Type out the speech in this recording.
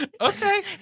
Okay